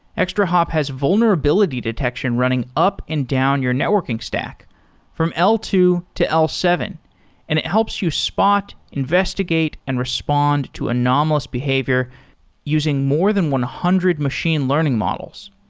extrahop has vulnerability detection running up and down your networking stock from l two to l seven and it helps you spot, investigate and respond to anomalous behavior using more than one hundred machine learning models.